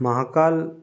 Mahakal